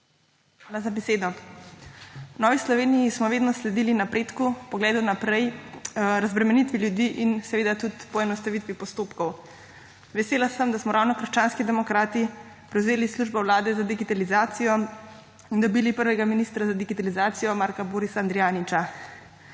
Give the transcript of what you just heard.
Hvala za besedo. V Novi Sloveniji smo vedno sledili napredku, pogledu naprej, razbremenitvi ljudi in seveda tudi poenostavitvi postopkov. Vesela sem, da smo ravno krščanski demokrati prevzeli službo Vlade za digitalizacijo in dobili prvega ministra za digitalizacijo Marka Borisa Andrijaniča.